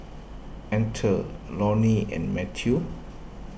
Arthor Lollie and Mathews